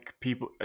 people